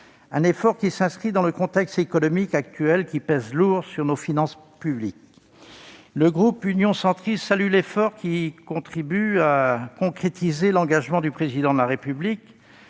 effort qui s'inscrit dans le contexte économique actuel, qui pèse lourd sur nos finances publiques. Le groupe Union Centriste salue l'effort qui contribue à concrétiser l'engagement du Président de la République,